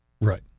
Right